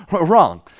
wrong